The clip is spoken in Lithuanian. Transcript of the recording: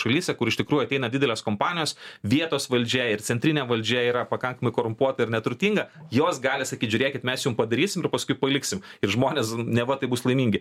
šalyse kur iš tikrųjų ateina didelės kompanijos vietos valdžia ir centrinė valdžia yra pakankamai korumpuota ir neturtinga jos gali sakyt žiūrėkit mes jums padarysim ir paskui paliksim ir žmonės neva tai bus laimingi